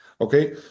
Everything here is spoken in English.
Okay